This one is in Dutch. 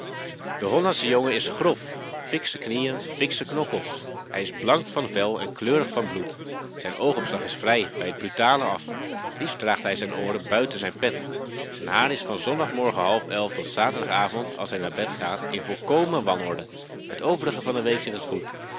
de hollandsche jongen is grof fiksche knieën fiksche knokkels hij is blank van vel en kleurig van bloed zijn oogopslag is vrij bij t brutale af liefst draagt hij zijn ooren buiten zijn pet zijn haar is van zondagmorgen half elf tot zaterdagavond als hij naar bed gaat in volkomen wanorde het overige van de week zit het goed